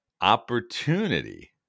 opportunity